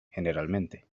generalmente